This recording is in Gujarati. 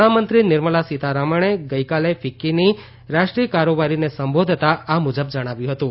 નાણામંત્રી નિર્મલા સીતારમણે ગઇકાલે ફિક્કીની રાષ્ટ્રીય કારોબારીને સંબોધતાં આ મુજબ જણાવ્યું હતું